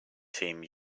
team